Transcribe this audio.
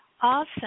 Awesome